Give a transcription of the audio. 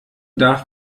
darf